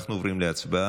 אנחנו עוברים להצבעה,